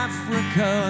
Africa